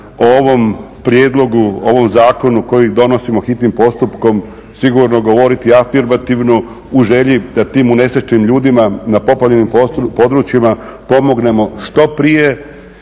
o ovom prijedlogu, o ovom zakonu koji donosimo hitnim postupkom sigurno govoriti afirmativno u želji da tim unesrećenim ljudima na poplavljenim područjima pomognemo što prije